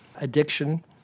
addiction